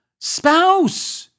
spouse